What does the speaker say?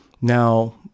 Now